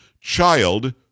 child